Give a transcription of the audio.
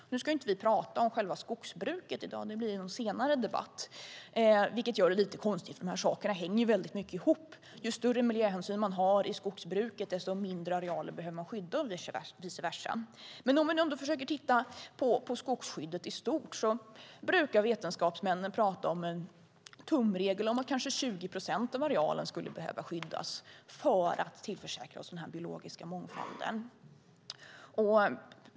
Vi ska ju inte tala om själva skogsbruket i dag, utan det blir i en senare debatt. Det gör det lite konstigt eftersom dessa saker hänger väldigt mycket ihop. Ju större miljöhänsyn man har i skogsbruket, desto mindre arealer behöver man skydda och vice versa. Tittar vi på skogsskyddet i stort brukar vetenskapsmännen ange som tumregel att 20 procent av arealen behöver skyddas för att tillförsäkra oss den biologiska mångfalden.